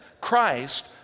Christ